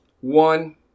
One